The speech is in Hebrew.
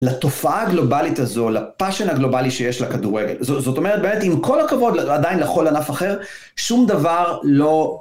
לתופעה הגלובלית הזו, לפאשן הגלובלי שיש לכדורגל. זאת אומרת, באמת עם כל הכבוד, עדיין לכל ענף אחר, שום דבר לא...